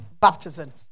baptism